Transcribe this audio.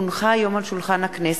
כי הונחה היום על שולחן הכנסת,